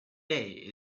day